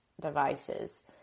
devices